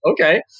okay